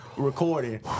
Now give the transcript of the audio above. Recording